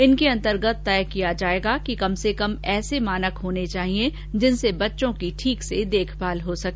इनके अंतर्गत तय किया जाएगा कि कम से कम ऐसे मानक तो होने ही चाहिएं जिनसे बच्चों की ठीक से देखरेख हो सके